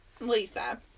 Lisa